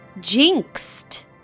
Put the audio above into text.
Jinxed